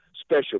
special